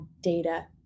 data